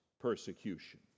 persecution